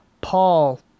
Paul